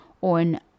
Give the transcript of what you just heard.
on